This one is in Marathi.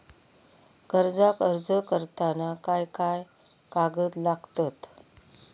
कर्जाक अर्ज करताना काय काय कागद लागतत?